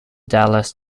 dallas